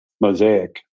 mosaic